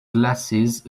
glasses